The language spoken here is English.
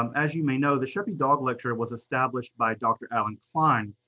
um as you may know, the sheppy dog lecture was established by doctor alan klein,